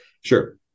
Sure